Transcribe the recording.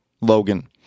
Logan